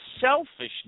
selfishness